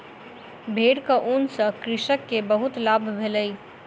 भेड़क ऊन सॅ कृषक के बहुत लाभ भेलै